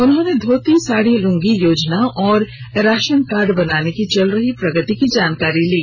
उन्होंने धोती साडी लंगी योजना और राशन कार्ड बनाने की चल रही प्रगति की जानकारी ली